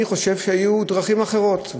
אני חושב שהיו דרכים אחרות.